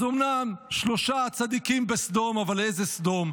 אז אומנם שלושה צדיקים בסדום, אבל איזה סדום?